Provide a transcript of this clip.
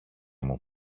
μου